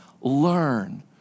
learn